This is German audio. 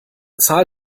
zahl